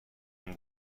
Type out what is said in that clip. اون